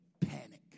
panic